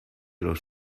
los